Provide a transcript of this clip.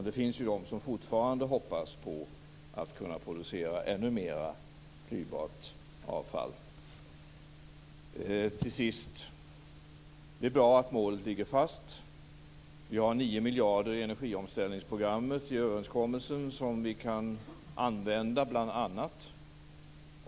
Det finns de som fortfarande hoppas på att kunna producera ännu mer klyvbart avfall. Till sist vill jag säga att det är bra att målet ligger fast. Vi har 9 miljarder i energiomställningsprogrammet i överenskommelsen som vi kan använda.